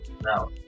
Now